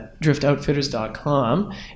driftoutfitters.com